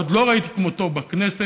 עוד לא ראיתי כמותו בכנסת,